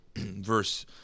verse